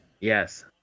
Yes